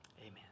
amen